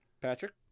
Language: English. Patrick